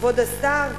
כבוד השר,